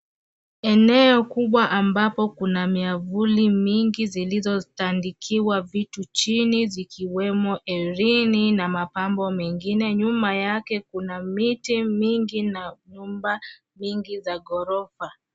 Eneo kubwa ambapo kuna miavuli mingi zilizotandikiwa vitu chini zikiwemo hereini na mapambo mengine. Nyuma yake kuna miti mingi na nyumba mingi za ghorofa.